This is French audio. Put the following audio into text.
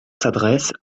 s’adresse